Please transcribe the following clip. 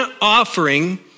offering